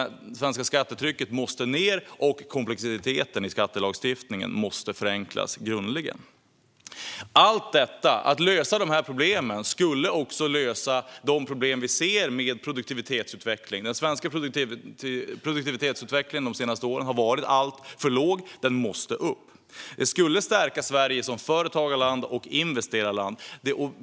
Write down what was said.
Det svenska skattetrycket måste ned, och komplexiteten i skattelagstiftningen måste grundligen förenklas. Löser vi dessa problem löser vi också de problem vi ser med produktivitetsutvecklingen. Den svenska produktivitetsutvecklingen har under senare år varit alltför låg. Den måste upp. Det skulle stärka Sverige som företagarland och investerarland.